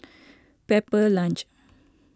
Pepper Lunch